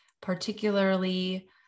particularly